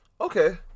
Okay